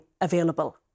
available